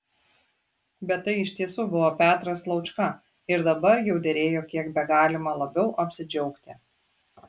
bet tai iš tiesų buvo petras laučka ir dabar jau derėjo kiek begalima labiau apsidžiaugti